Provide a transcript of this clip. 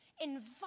invite